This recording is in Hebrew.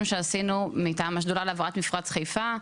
שעשינו מטעם השדולה להבראת מפרץ חיפה,